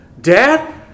Dad